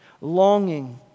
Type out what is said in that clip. longing